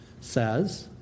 says